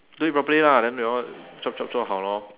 do it properly lah then we all chop chop 做好 lor